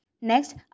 Next